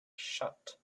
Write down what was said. shut